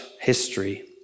history